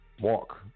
walk